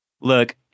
Look